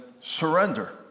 surrender